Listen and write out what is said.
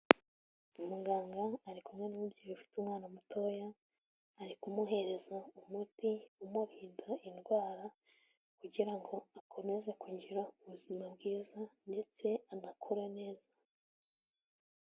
Umuganga ari kumwe n'umubyeyi ufite umwana mutoya ari kumuhereza umuti umurinda indwara kugira ngo akomeze kugira ubuzima bwiza ndetse anakure neza.